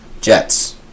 Jets